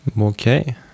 okay